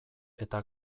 eta